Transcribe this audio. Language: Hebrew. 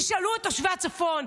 תשאלו את תושבי הצפון,